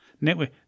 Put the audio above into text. network